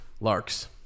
larks